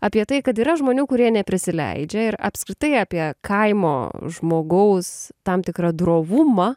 apie tai kad yra žmonių kurie neprisileidžia ir apskritai apie kaimo žmogaus tam tikrą drovumą